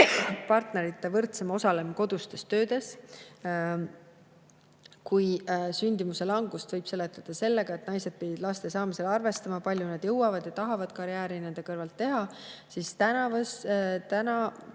partnerite võrdsem osalemine kodustes töödes. Kui [varem] võis sündimuse langust seletada sellega, et naised pidid laste saamisel arvestama, kui palju nad jõuavad ja tahavad karjääri nende kõrvalt teha, siis tänapäevastes